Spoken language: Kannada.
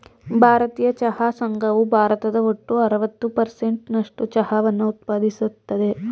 ಭಾರತೀಯ ಚಹಾ ಸಂಘವು ಭಾರತದ ಒಟ್ಟು ಅರವತ್ತು ಪರ್ಸೆಂಟ್ ನಸ್ಟು ಚಹಾವನ್ನ ಉತ್ಪಾದಿಸ್ತದೆ